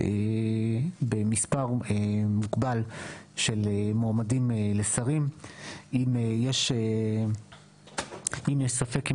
במספר מוגבל של מועמדים לשרים אם יש ספק אם